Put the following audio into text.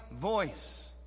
voice